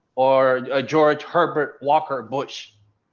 or a george herbert walker bush?